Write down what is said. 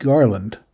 Garland